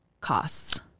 costs